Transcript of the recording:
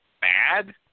bad